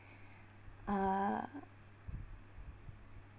uh